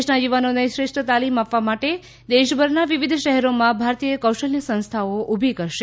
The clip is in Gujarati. દેશના યુવાનોને શ્રેષ્ઠ તાલીમ આપવા માટે દેશભરના વિવિધ શહેરોમાં ભારતીય કૌશલ સંસ્થાઓ ઉભી કરશે